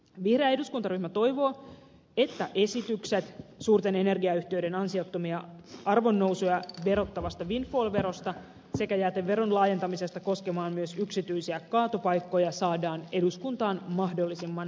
vihreä eduskuntaryhmä toivoo että esitykset suurten energiayhtiöiden ansiottomia arvonnousuja verottavasta windfall verosta sekä jäteveron laajentamisesta koskemaan myös yksityisiä kaatopaikkoja saadaan eduskuntaan mahdollisimman ripeästi